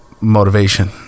motivation